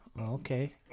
Okay